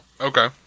Okay